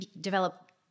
develop